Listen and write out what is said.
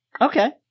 Okay